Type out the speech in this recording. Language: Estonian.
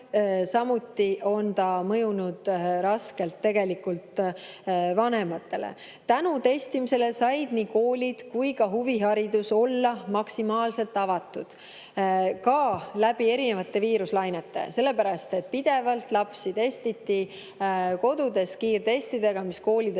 samuti on see mõjunud raskelt vanematele. Tänu testimisele said nii koolid kui ka huviharidus olla maksimaalselt avatud ka läbi viiruslainete, sellepärast et pidevalt lapsi testiti kodudes kiirtestidega, mis koolidest